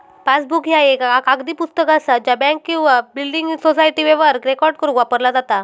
passbook ह्या एक कागदी पुस्तक असा ज्या बँक किंवा बिल्डिंग सोसायटी व्यवहार रेकॉर्ड करुक वापरला जाता